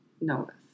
notice